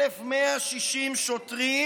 1,160 שוטרים,